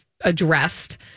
addressed